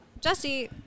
Jesse